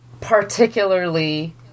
particularly